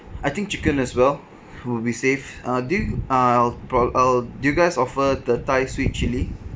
I think chicken as well would be safe uh do you uh prob~ I'll do you guys offer the thai sweet chili